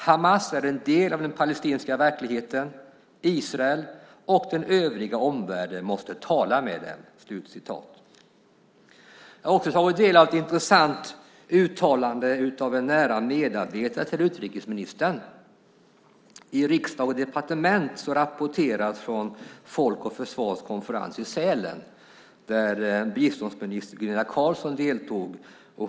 Hamas är en del av den palestinska verkligheten. Israel och den övriga omvärlden måste tala med dem." Jag har också tagit del av ett intressant uttalande av en nära medarbetare till utrikesministern. I Riksdag & Departement rapporteras det från Folk och Försvars konferens i Sälen där biståndsminister Gunilla Carlsson deltog.